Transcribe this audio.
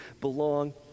belong